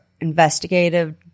investigative